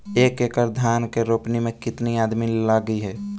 एक एकड़ धान के रोपनी मै कितनी आदमी लगीह?